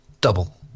double